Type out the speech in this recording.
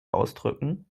ausdrücken